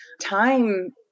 time